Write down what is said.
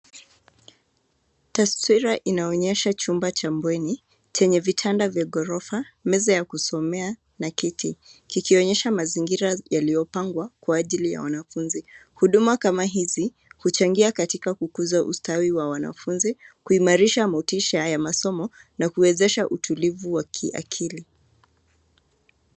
Taswira inaonyesha chumba cha bweni, chenye vitanda vya ghorofa, meza ya kusomea, na kiti, kikionyesha mazingira yaliyopangwa kwa ajili ya wanafunzi. Huduma kama hizi, huchangia katika kukuza ustawi wa wanafunzi, kuimarisha motisha ya masomo, na kuwezesha utulivu wa kiakili.